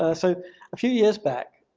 ah so a few years back,